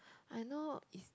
I know if